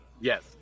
yes